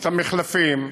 את המחלפים,